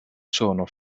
sono